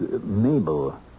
Mabel